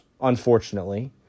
unfortunately